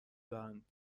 دهند